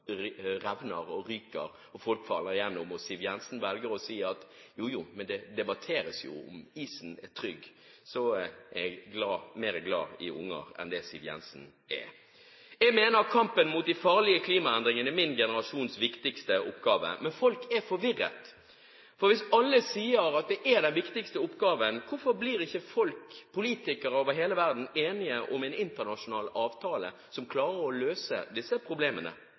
den revner og ryker og folk faller igjennom, og Siv Jensen velger å si at jo, jo, men det debatteres om isen er trygg, er jeg mer glad i unger enn det Siv Jensen er. Jeg mener kampen mot de farlige klimaendringene er min generasjons viktigste oppgave. Men folk er forvirret. For hvis alle sier at det er den viktigste oppgaven, hvorfor blir ikke politikere over hele verden enige om en internasjonal avtale som klarer å løse disse problemene?